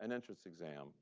an entrance exam,